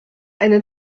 eine